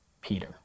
Peter